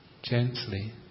gently